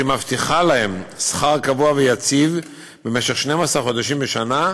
שמבטיחה להם שכר קבוע ויציב במשך 12 חודשים בשנה,